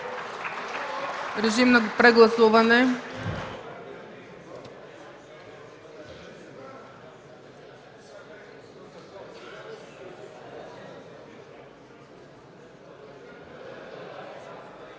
Режим на гласуване.